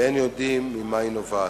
ואין יודעים ממה היא נובעת.